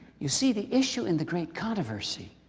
you see, the issue in the great controversy,